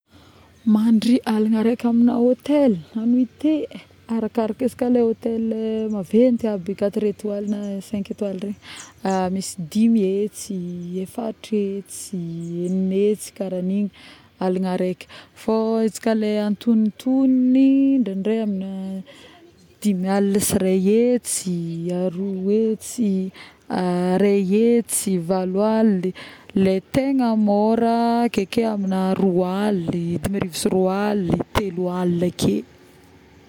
Mandry aligna araiky amina hôtel, nuité arakaraka izy ka le hôtel maventy quatre étoiles, na cinq étoiles regny misy dimy hetsy, eftra hetsy, enign-hetsy karaha igny aligna araiky fô izy ka le atognotognony indraindray amina dimialigna sy iraihetsy, aroahetsy˂hesitation˃ iraihetsy, valoaly le tegna môra akeke amina roa aly, dimarivo sy roa aly, telo aly ake